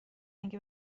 اینکه